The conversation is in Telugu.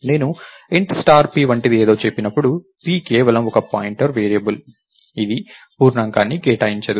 నేను int స్టార్ p వంటిది ఏదో చెప్పినప్పుడు p కేవలం ఒక పాయింటర్ వేరియబుల్ ఇది పూర్ణాంకాన్ని కేటాయించదు